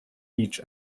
each